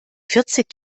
vierzig